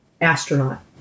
astronaut